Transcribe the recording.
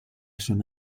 schon